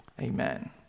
Amen